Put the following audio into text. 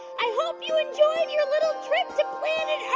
i hope you enjoyed your little trip to planet